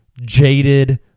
jaded